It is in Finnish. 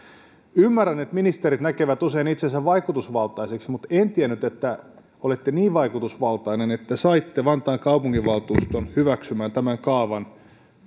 ymmärrän että ministerit näkevät usein itsensä vaikutusvaltaiseksi mutta en tiennyt että olette niin vaikutusvaltainen että saitte vantaan kaupunginvaltuuston hyväksymään tämän kaavan